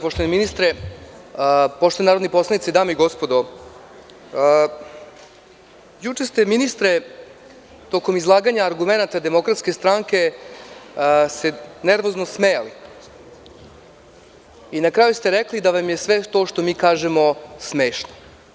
Poštovani ministre, poštovani narodni poslanici, dame i gospodo, juče ste, ministre, tokom izlaganja argumenata DS se nervozno smejali i na kraju ste rekli da vam je sve to što mi kažemo smešno.